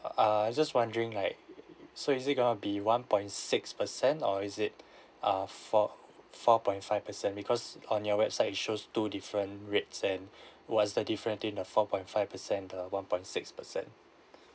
err I just wondering like so is it going to be one point six percent or is it uh four four point five percent because on your website it shows two different rates and what's the difference between the four point five percent and the one point six percent